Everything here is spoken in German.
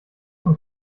zum